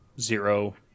Zero